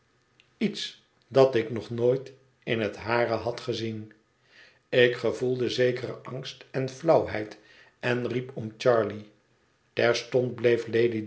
iets dat ik nog nooit in het hare had gezien ik gevoelde zekeren angst en flauwheid en riep om charley terstond bleef